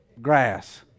grass